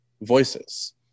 voices